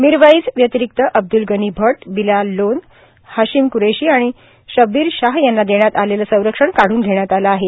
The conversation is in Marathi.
मिरवाईज व्यतिरिक्त अब्दुल गनी अट बिलाल लोन हाशिम क्रेशी आणि शब्बिर शाह यांना देण्यात आलेलं संरक्षण कादून घेण्यात आलं आहे